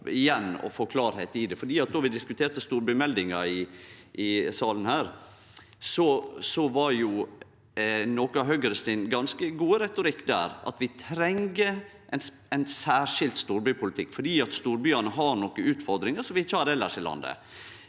Då vi diskuterte storbymeldinga i denne salen, var noko av Høgre sin ganske gode retorikk at vi treng ein særskild storbypolitikk fordi storbyane har nokre utfordringar som vi ikkje har elles i landet.